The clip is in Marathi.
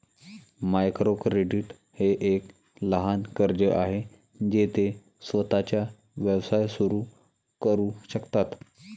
मायक्रो क्रेडिट हे एक लहान कर्ज आहे जे ते स्वतःचा व्यवसाय सुरू करू शकतात